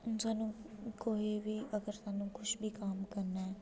हून कोई बी अगर स्हान्नूं कोई बी कम्म करना